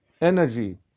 energy